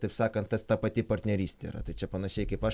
taip sakant tas ta pati partnerystė yra tai čia panašiai kaip aš